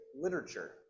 literature